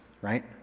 right